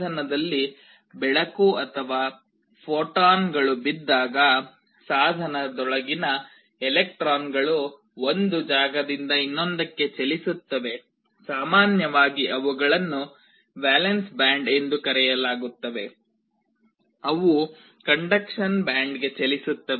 ಸಾಧನದಲ್ಲಿ ಬೆಳಕು ಅಥವಾ ಫೋಟಾನ್ಗಳು ಬಿದ್ದಾಗ ಸಾಧನದೊಳಗಿನ ಎಲೆಕ್ಟ್ರಾನ್ಗಳು ಒಂದು ಜಾಗದಿಂದ ಇನ್ನೊಂದಕ್ಕೆ ಚಲಿಸುತ್ತವೆ ಸಾಮಾನ್ಯವಾಗಿ ಅವುಗಳನ್ನು ವೇಲೆನ್ಸ್ ಬ್ಯಾಂಡ್ ಎಂದು ಕರೆಯಲಾಗುತ್ತದೆ ಅವು ಕಂಡಕ್ಷನ್ ಬ್ಯಾಂಡ್ಗೆ ಚಲಿಸುತ್ತವೆ